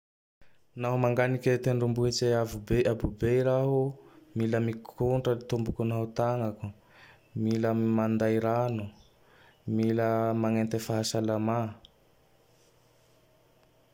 Nao manganike tendrimbohitse avo abobe raho. Mila mikotra tomboky nao tagnako. Mila manday rano. Mila magnete fahasalamà.